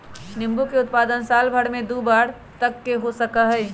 नींबू के उत्पादन साल भर में दु बार तक हो सका हई